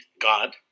God